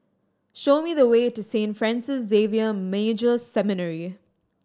show me the way to Saint Francis Xavier Major Seminary